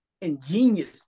ingenious